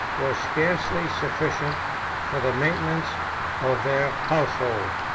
was scarcely sufficient for the maintenance of their household.